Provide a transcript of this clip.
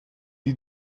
die